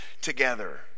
together